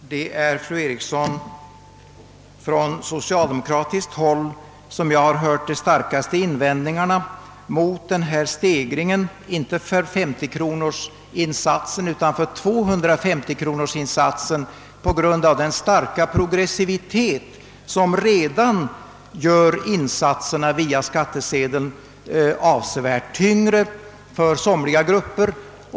Herr talman! Det är, fru Eriksson i Stockholm, från socialdemokratiskt håll som jag har hört de starkaste invändningarna mot denna stegring, alltså inte 50-kronorsinsatsen utan 250-kronorsinsatsen. Den starka progressiviteten gör redan nu insatserna via skattesedeln avsevärt tyngre för somliga grupper.